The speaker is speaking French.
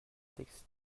texte